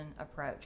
approach